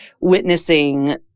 witnessing